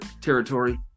territory